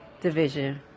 division